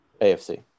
AFC